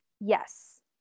Yes